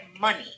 money